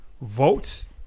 votes